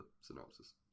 synopsis